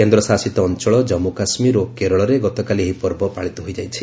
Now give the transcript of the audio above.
କେନ୍ଦ୍ରଶାସିତ ଅଞ୍ଚଳ ଜନ୍ମୁ କାଶ୍ମୀର ଓ କେରଳରେ ଗତକାଲି ଏହି ପର୍ବ ପାଳିତ ହୋଇଯାଇଛି